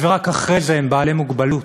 ורק אחרי זה הם בעלי מוגבלות.